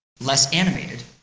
less animated,